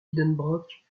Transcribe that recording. lidenbrock